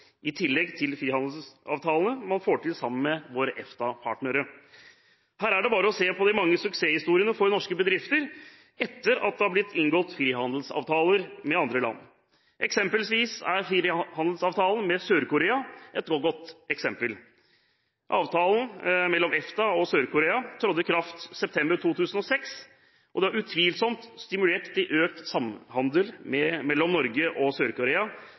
i tillegg til frihandelsavtalene man får til sammen med våre EFTA-partnere. Her er det bare å se på de mange suksesshistoriene for norske bedrifter etter at det har blitt inngått frihandelsavtaler med andre land. Frihandelsavtalen med Sør-Korea er et godt eksempel. Avtalen mellom EFTA og Sør-Korea trådte i kraft i september 2006. Dette har utvilsomt stimulert til økt samhandel mellom Norge og